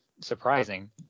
surprising